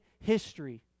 history